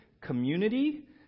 community